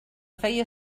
feia